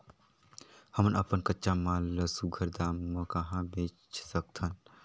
हमन अपन कच्चा माल ल सुघ्घर दाम म कहा बेच सकथन?